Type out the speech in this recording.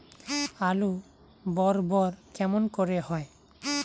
আলু বড় বড় কেমন করে হয়?